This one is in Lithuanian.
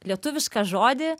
lietuvišką žodį